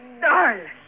darling